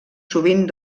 sovint